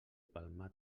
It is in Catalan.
palmar